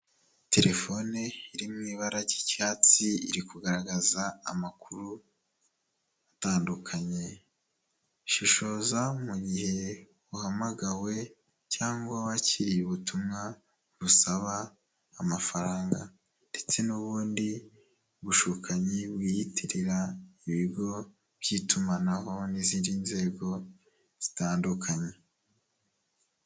Telefone iri mu ibara ry'icyatsi iri kugaragaza amakuru atandukanye. Shishoza mu gihe uhamagawe cyangwa wakiriye ubutumwa busaba amafaranga ndetse n'ubundi bushukanyi bwiyitirira ibigo by'itumanaho n'izindi nzego zitandukanye.